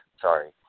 Sorry